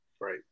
Right